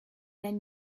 then